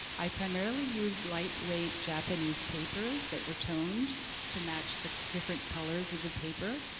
i primarily used lightweight japanese papers that were toned to match the different colors of the paper.